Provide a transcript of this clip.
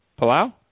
Palau